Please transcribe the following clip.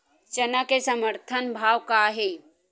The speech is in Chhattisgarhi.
चना के समर्थन भाव का हे?